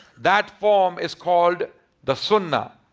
that form is called the sunnah.